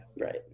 Right